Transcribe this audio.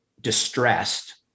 distressed